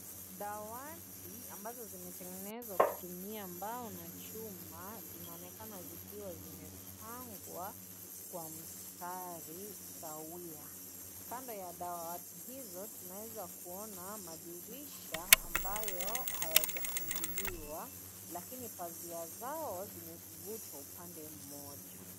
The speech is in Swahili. Dawati ambazo zimetengenezwa kutumia mbao na chuma zinaonekana zikiwa zimepangwa kwa mstari sawia, kando ya dawati hizo tunaweza kuona madirisha ambayo hayajafunguliwa lakini pazia zao zimevutwa upande moja.